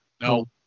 No